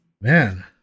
Man